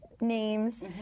names